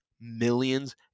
millions